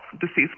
deceased